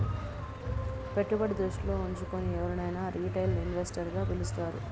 పెట్టుబడి దృష్టిలో ఉంచుకుని ఎవరినైనా రిటైల్ ఇన్వెస్టర్ గా పిలుస్తారు